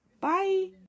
Bye